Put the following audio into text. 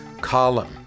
column